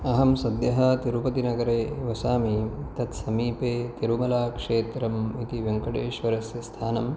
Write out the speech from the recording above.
अहं सद्यः तिरुपतिनगरे वसामि तत्समीपे तिरुमलाक्षेत्रम् इति वेङ्कटेश्वरस्य स्थानम्